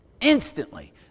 Instantly